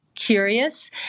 Curious